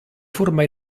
forma